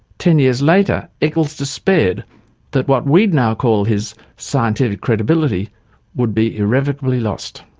ten years later eccles despaired that what we'd now call his scientific credibility would be irrevocably lost.